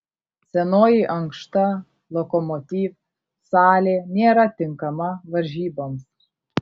senoji ankšta lokomotiv salė nėra tinkama varžyboms